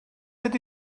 ydy